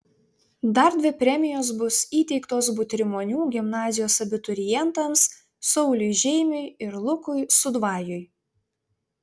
dar dvi premijos bus įteiktos butrimonių gimnazijos abiturientams sauliui žeimiui ir lukui sudvajui